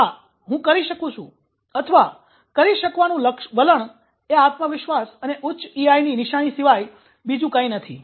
હા હું કરી શકું છું અથવા કરી શકવાનું વલણ એ આત્મવિશ્વાસ અને ઉચ્ચ ઇઆઈ ની નિશાની સિવાય બીજું કંઈ નથી